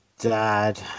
dad